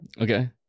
Okay